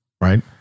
right